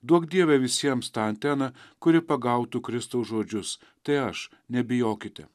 duok dieve visiems tą anteną kuri pagautų kristaus žodžius tai aš nebijokite